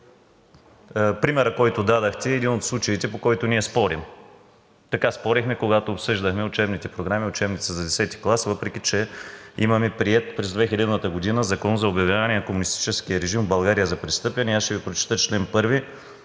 Примерът, който дадохте, е един от случаите, по който ние спорим. Така спорихме, когато обсъждахме учебните програми, учебниците за X клас, въпреки че имаме приет през 2000 г. Закон за обявяване на комунистическия режим в България за престъпен. Ще Ви прочета чл.